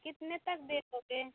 कितने तक दे सकें